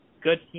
good